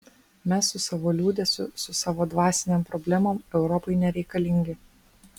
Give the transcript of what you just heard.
mes su savo liūdesiu su savo dvasinėm problemom europai nereikalingi